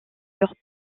furent